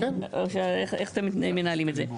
איך אתם מנהלים את זה?